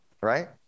right